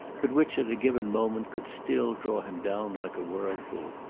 but which at a given moment could still draw him down like a whirlpool.